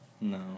No